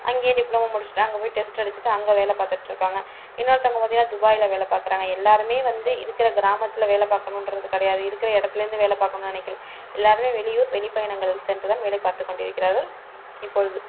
அங்கேயே டிப்ளமோ முடிஷ்ட்டு அங்கே போய் டெஸ்ட் அடிச்சிவிட்டு அங்கே வேலை பார்த்துட்ருக்காங்க இன்னொருத்தவங்க பார்த்திங்கனா துபாய்யில வேலை பார்க்கறாங்க எல்லாருமே வந்து இருக்கிற கிராமத்தில் வேலை பார்க்கணுன்றது கிடையாது இருக்கிற இடத்துலேந்து வேலை பார்க்கணு நினைக்கில எல்லாருமே வெளியூர் வெளி பயணங்களில் சென்று தான் வேலை பார்த்து கொண்டி இருக்கிறார்கள் இப்பொழுது